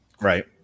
right